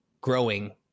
growing